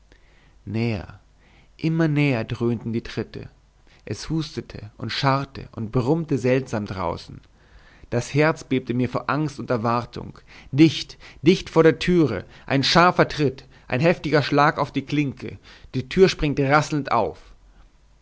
näher immer näher dröhnten die tritte es hustete und scharrte und brummte seltsam draußen das herz bebte mir vor angst und erwartung dicht dicht vor der türe ein scharfer tritt ein heftiger schlag auf die klinke die tür springt rasselnd auf